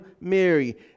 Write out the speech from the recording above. Mary